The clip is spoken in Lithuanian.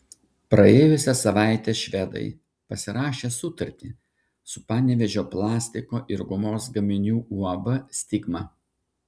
praėjusią savaitę švedai pasirašė sutartį su panevėžio plastiko ir gumos gaminių uab stigma